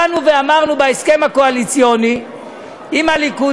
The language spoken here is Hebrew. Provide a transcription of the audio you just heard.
באנו ואמרנו בהסכם הקואליציוני עם הליכוד,